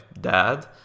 dad